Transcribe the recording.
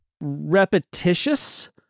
repetitious